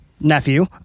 nephew